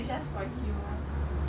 他都不会说很会煮